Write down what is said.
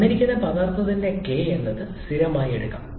തന്നിരിക്കുന്ന പദാർത്ഥത്തിന് k എന്നത് സ്ഥിരമായി എടുക്കാം